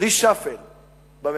reshuffle בממשלה,